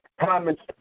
comments